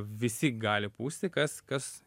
visi gali pūsti kas kas